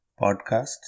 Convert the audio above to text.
podcasts